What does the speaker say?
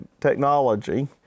technology